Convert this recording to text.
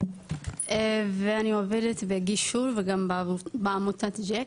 ואני עובדת בגישור וגם בעמותת ג'ק.